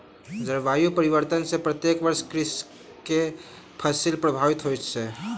जलवायु परिवर्तन सॅ प्रत्येक वर्ष कृषक के फसिल प्रभावित होइत अछि